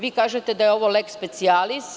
Vi kažete da je ovo leks specijalis.